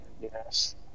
yes